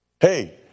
Hey